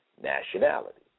nationality